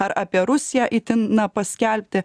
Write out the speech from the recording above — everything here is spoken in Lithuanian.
ar apie rusiją itin na paskelbti